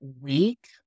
week